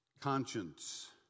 conscience